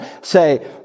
say